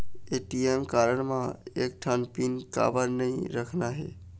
ATM card म एक ठन पिन काबर नई रखना हे?